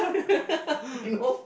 you know